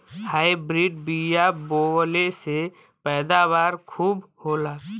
hybrid बिया बोवले से पैदावार खूब होला